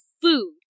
food